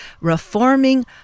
reforming